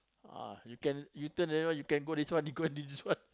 ah you can you turn already you can go this one he go until this one